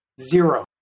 Zero